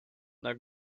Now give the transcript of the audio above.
now